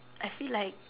I feel like